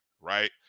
Right